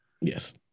Yes